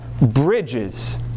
bridges